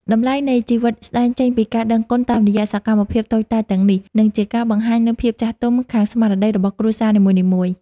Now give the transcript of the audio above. តម្លៃនៃជីវិតស្តែងចេញពីការដឹងគុណតាមរយៈសកម្មភាពតូចតាចទាំងនេះ និងជាការបង្ហាញនូវភាពចាស់ទុំខាងស្មារតីរបស់គ្រួសារនីមួយៗ។